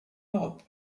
europe